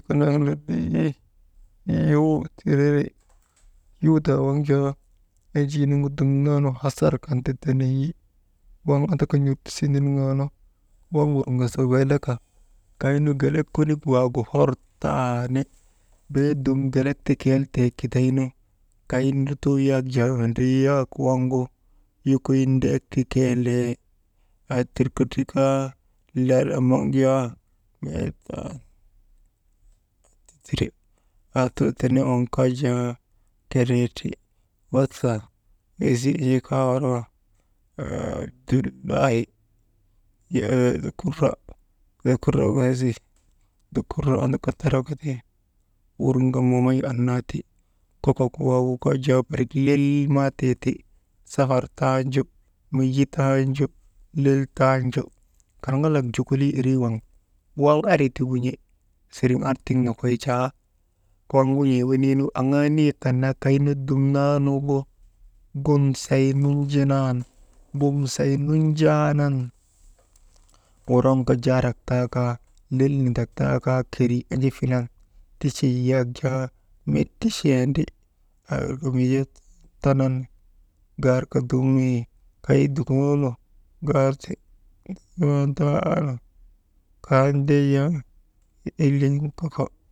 «hesitation» yuu tireri yuudaa waŋ jaa enjii nu dumnaanu hasar kan ta teneyi, waŋ andaka n̰ortisii niniŋaanu waŋ wurŋasa weeleka kaynu gelek konik waagu hor taani beedum gelek ti keltee kidaynu kay lutoo yak jaa windrii waŋgu wokoyin ndek ti keelee, atirka tika ti kaa laala naŋ jaa atir tenee waŋ kaa jaa tindrii ti, « hesitation» dukura an taraka ti wurŋan mamay annaati kokok waagu kaa jaa barik lel maatee ti, safar tanju menji tanju, lel tanju, kalaŋalak jokolii irii waŋ waŋ ari ti wun̰e siriŋ ar tiŋ nokoy jaa waŋ wun̰ee wenii nu aŋaa niyek kan naa kaynu dumnaa nuŋgu «hesitation» gunsay nunjaanan wuraŋka jaarak taa kaa lel nindak taa kaa keri enje filan tichey yak jaa met ticheyandi aawirka mii jaa tanan garka dum mii kay dukunoo nu garte dukonondaa nu kayndiyak hillegin koko.